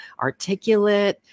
articulate